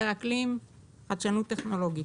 משבר האקלים וחדשנות טכנולוגית.